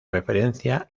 referencia